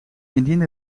indien